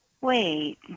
Wait